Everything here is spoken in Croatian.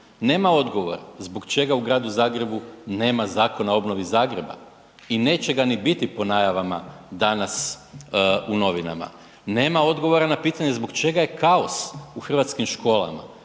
Nema odgovor zbog čega u gradu Zagrebu nema Zakona o obnovi Zagreba i neće ga ni biti po najavama danas u novinama. Nema odgovora na pitanje zbog čega je kaos u hrvatskim školama,